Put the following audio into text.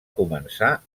començar